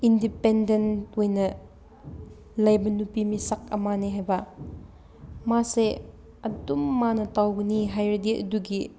independent ꯑꯣꯏꯅ ꯂꯩꯕ ꯅꯨꯄꯤ ꯃꯤꯁꯛ ꯑꯃꯅꯤ ꯍꯥꯏꯕ ꯃꯥꯁꯦ ꯑꯗꯨꯝ ꯃꯥꯅ ꯇꯧꯒꯅꯤ ꯍꯥꯏꯔꯗꯤ ꯑꯗꯨꯒꯤ